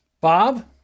Bob